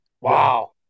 Wow